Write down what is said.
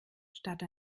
statt